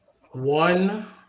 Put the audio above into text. one